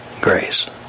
grace